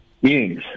Yes